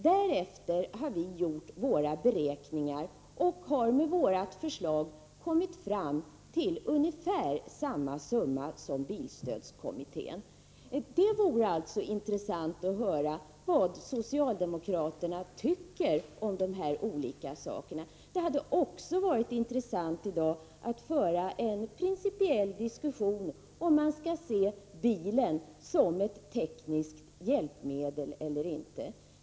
Därefter har vi gjort våra beräkningar och har med vårt förslag kommit fram till ungefär samma summa som bilstödskommittén. Det vore alltså intressant att höra vad socialdemokraterna tycker om dessa olika saker. Det hade också varit intressant att i dag få föra en principiell diskussion om huruvida man skall se bilen som ett tekniskt hjälpmedel eller inte.